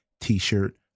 t-shirt